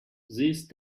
these